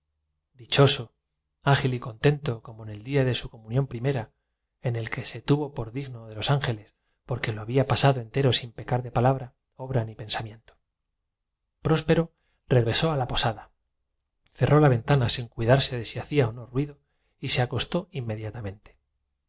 ágil y contento como en el día de su comunión primera en el que se destornilló las barras las sacó de sus agujeros sin hacer el menor tuvo por digno de los ángeles porque lo había pasado entero sin pecar ruido las arrimó a la pared y abrió los postigos haciendo presión de palabra obra ni pensamiento próspero regresó a la posada cerró la sobre los goznes para amortiguar los chirridos a la pálida luz de la ventana sin cuidarse de si hacía o no hacía ruido yi se acostó